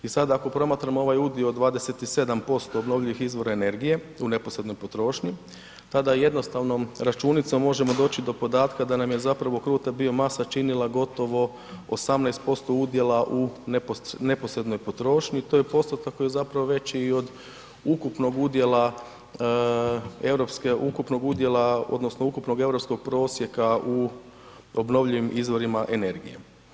I sad ako promatramo ovaj udio od 27% obnovljivih izvora energije u neposrednoj potrošnji, tada jednostavnom računicom možemo doći do podataka da nam je zapravo kruta biomasa činila gotovo 18% udjela u neposrednoj potrošnji, to je postotak koji je zapravo veći i od ukupnog udjela europske, odnosno ukupnog europskog prosjeka u obnovljivim izvorima energije.